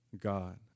God